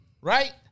Right